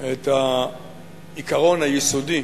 את העיקרון היסודי,